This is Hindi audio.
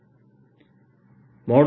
r r